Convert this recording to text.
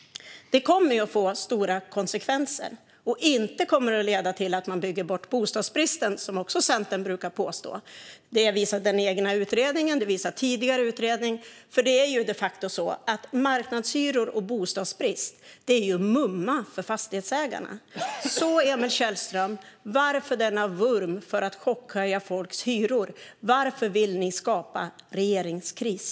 Det kommer att få stora konsekvenser - och inte kommer det att leda till att man bygger bort bostadsbristen, som Centern också brukar påstå. Det visar den egna utredningen, och det visar tidigare utredningar. Det är nämligen de facto så att marknadshyror och bostadsbrist är mumma för fastighetsägarna. Varför denna vurm för att chockhöja folks hyror, Emil Källström? Varför vill ni orsaka en regeringskris?